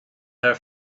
their